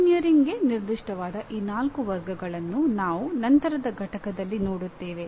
ಎಂಜಿನಿಯರಿಂಗ್ಗೆ ನಿರ್ದಿಷ್ಟವಾದ ಈ ನಾಲ್ಕು ವರ್ಗಗಳನ್ನು ನಾವು ನಂತರದ ಪಠ್ಯದಲ್ಲಿ ನೋಡುತ್ತೇವೆ